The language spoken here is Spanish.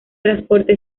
transporte